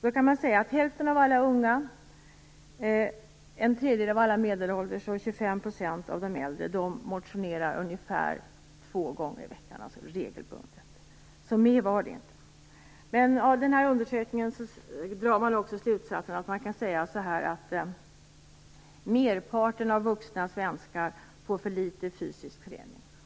Den visar att hälften av alla unga, en tredjedel av alla medelålders och ca 25 % av de äldre motionerar regelbundet ungefär två gånger i veckan. Mer är det alltså inte. Av denna utredning drar man också den slutsatsen att merparten av vuxna svenskar får för litet av fysisk träning.